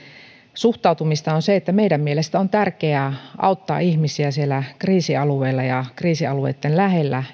suhtautumista on se että meidän mielestämme on tärkeää auttaa ihmisiä siellä kriisialueilla ja kriisialueitten lähellä